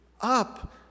up